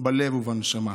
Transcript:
בלב ובנשמה.